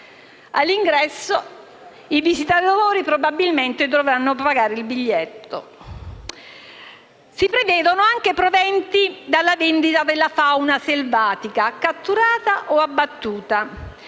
All'ingresso i visitatori probabilmente dovranno pagare il biglietto. Sì prevedono anche proventi dalla vendita della fauna selvatica catturata o abbattuta,